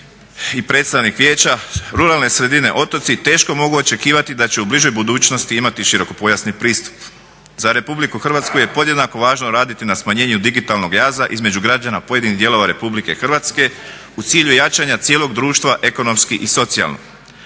i predstavnik vijeća, ruralne sredine, otoci teško mogu očekivati da će u bližoj budućnosti imati širokopojasni pristup. Za RH je podjednako važno raditi na smanjenju digitalnog jaza između građana pojedinih dijelova RH u cilju jačanja cijelog društva ekonomski i socijalno.